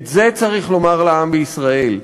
את זה צריך לומר לעם בישראל.